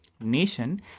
nation